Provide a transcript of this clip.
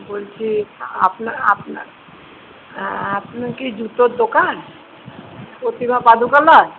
বলছি আপনার আপনার আপনি কি জুতোর দোকান প্রতিমা পাদুকালয়